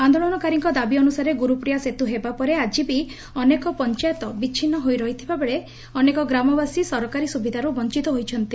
ଆଦୋଳନକାରୀଙ୍କ ଦାବି ଅନୁସାରେ ଗୁରୁପ୍ରିୟା ସେତୁ ହେବା ପରେ ଆଜି ବି ଅନେକ ପଂଚାୟତ ବି ଆକି ବି ଅନେକ ଗ୍ରାମବାସୀ ସରକାରୀ ସୁବିଧାରୁ ବଂଚିତ ହୋଇଛନ୍ତି